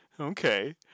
Okay